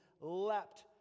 leapt